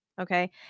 Okay